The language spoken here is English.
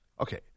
Okay